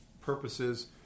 purposes